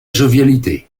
jovialité